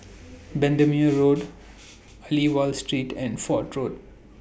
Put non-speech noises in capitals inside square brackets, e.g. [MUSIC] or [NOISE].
[NOISE] Bendemeer Road Aliwal Street and Fort Road